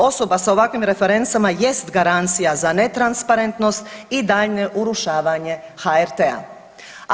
Osoba sa ovakvim referencama jest garancija za netransparentnost i daljnje urušavanje HRT-a.